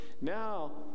Now